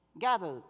gather